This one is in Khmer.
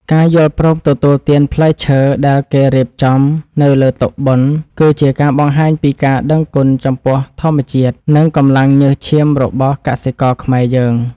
ការយល់ព្រមទទួលទានផ្លែឈើដែលគេរៀបចំនៅលើតុបុណ្យ គឺជាការបង្ហាញពីការដឹងគុណចំពោះធម្មជាតិ និងកម្លាំងញើសឈាមរបស់កសិករខ្មែរយើង។